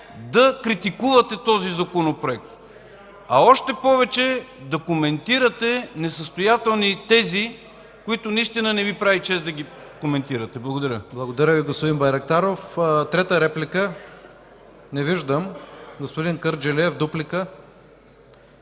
да критикувате този Законопроект, а още повече – да коментирате несъстоятелни тези, които наистина не Ви прави чест да коментирате. Благодаря.